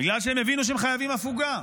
בגלל שהם הבינו שהם חייבים הפוגה.